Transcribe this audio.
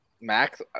max